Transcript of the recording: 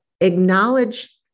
Acknowledge